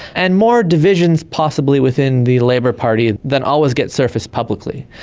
and more divisions possibly within the labor party that always get surfaced publicly,